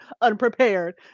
unprepared